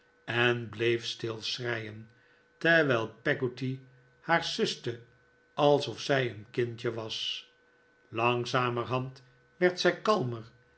en bleef stil schreien terwijl peggotty haar suste alsof zij een kindje was langzamerhand werd zij kalmer